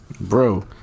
bro